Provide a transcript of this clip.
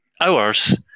hours